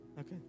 Okay